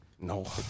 No